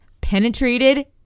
penetrated